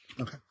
Okay